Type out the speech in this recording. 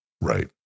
Right